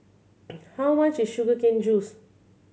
how much is sugar cane juice